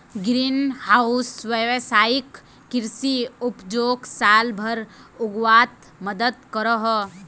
green house वैवसायिक कृषि उपजोक साल भर उग्वात मदद करोह